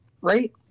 right